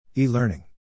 E-learning